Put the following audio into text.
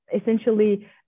essentially